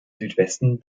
südwesten